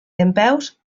dempeus